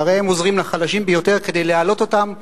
שהרי הם עוזרים לחלשים ביותר כדי להעלות אותם קצת.